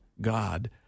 God